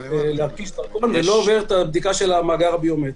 זה לא עובר את הבדיקה של המאגר הביומטרי.